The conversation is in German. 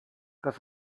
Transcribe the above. das